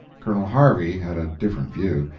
colonel harvey had a different view.